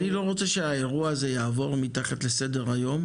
אני לא רוצה שהאירוע הזה יעבור מתחת לסדר היום